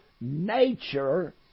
nature